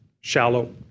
shallow